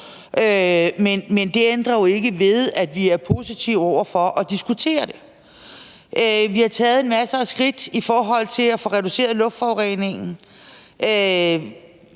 men det ændrer jo ikke ved, at vi er positive over for at diskutere det. Vi har taget masser af skridt i forhold til at få reduceret luftforureningen